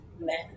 men